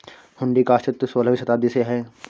हुंडी का अस्तित्व सोलहवीं शताब्दी से है